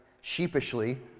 sheepishly